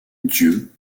dieu